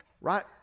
Right